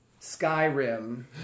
Skyrim